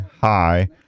hi